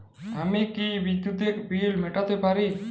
আমি কি বিদ্যুতের বিল মেটাতে পারি?